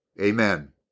Amen